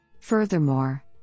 Furthermore